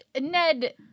Ned